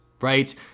right